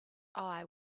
eye